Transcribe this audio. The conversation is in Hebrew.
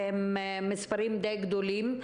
והמספרים די גדולים.